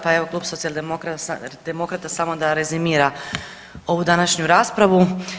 Pa evo klub Socijaldemokrata samo da rezimira ovu današnju raspravu.